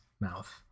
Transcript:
mouth